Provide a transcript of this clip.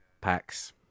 packs